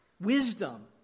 Wisdom